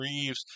Reeves